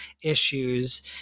issues